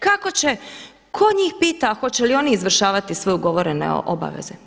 Kako će, tko njih pita hoće li oni izvršavati svoje ugovorene obaveze?